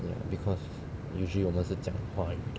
ya because usually 我们是讲华话的